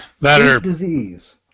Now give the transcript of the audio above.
Disease